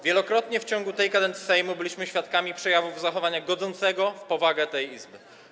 Wielokrotnie w tej kadencji Sejmu byliśmy świadkami przejawów zachowania godzącego w powagę tej Izby.